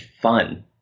fun